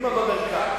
קדימה במרכז.